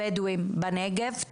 בדואים בנגב,